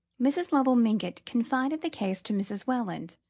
mrs. lovell mingott confided the case to mrs. welland,